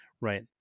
right